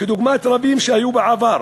דוגמת רבים שהיו בעבר,